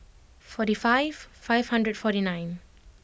forty five five hundred forty nine